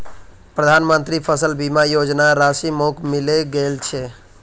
प्रधानमंत्री फसल बीमा योजनार राशि मोक मिले गेल छै